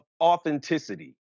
authenticity